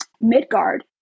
Midgard